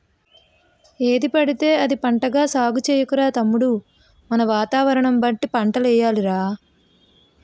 ఏదిపడితే అది పంటగా సాగు చెయ్యకురా తమ్ముడూ మనదగ్గర వాతావరణం బట్టి పంటలెయ్యాలి రా